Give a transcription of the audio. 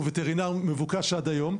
הוא וטרינר מבוקש עד היום.